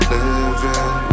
Living